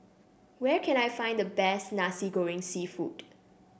where can I find the best Nasi Goreng seafood